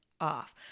off